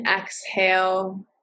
exhale